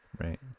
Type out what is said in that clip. Right